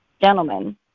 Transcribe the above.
Gentlemen